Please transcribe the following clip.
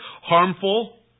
Harmful